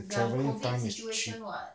the traveling time is cheap